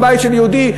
הבית של יהודי,